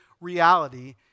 reality